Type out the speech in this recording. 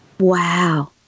Wow